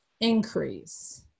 increase